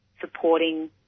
supporting